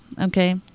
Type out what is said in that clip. okay